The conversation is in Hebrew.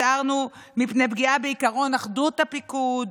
הזהרנו מפני פגיעה בעיקרון אחדות הפיקוד.